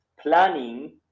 planning